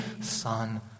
Son